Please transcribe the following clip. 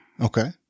Okay